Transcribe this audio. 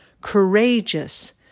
courageous